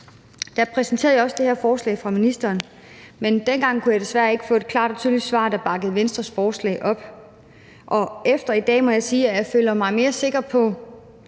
Der præsenterede jeg også det her forslag for ministeren, men dengang kunne jeg desværre ikke få et klart og tydeligt svar, der bakkede Venstres forslag op. Og efter i dag må jeg sige, at jeg føler mig mere sikker på,